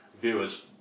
viewers